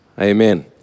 amen